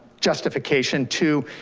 justification to,